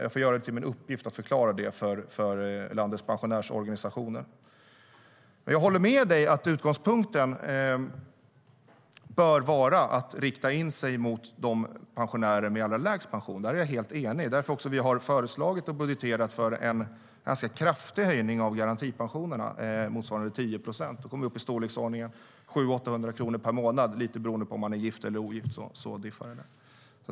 Jag får göra det till min uppgift att förklara det för landets pensionärsorganisationer. Jag håller med dig om att utgångspunkten bör vara att rikta in sig mot de pensionärer som har allra lägst pension. Där är jag helt enig med dig. Därför har vi föreslagit och budgeterat för en ganska kraftig höjning av garantipensionerna, motsvarande 10 procent. Då kommer vi upp i storleksordningen 700-800 kronor per månad, lite beroende på om man är gift eller ogift.